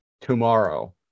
tomorrow